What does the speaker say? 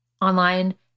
online